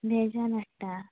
बेजार हाडटा